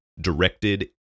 directed